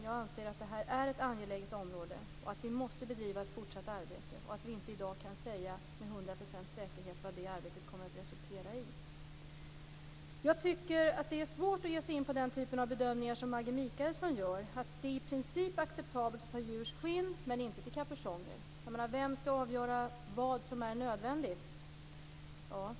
Jag anser att det här är ett angeläget område, att vi måste bedriva ett fortsatt arbete och att vi inte i dag kan säga med hundra procents säkerhet vad det arbetet kommer att resultera i. Jag tycker att det är svårt att ge sig in på den typen av bedömningar som Maggi Mikaelsson gör: att det i princip är acceptabelt att ta djurs skinn, men inte till kapuschonger. Vem skall avgöra vad som är nödvändigt?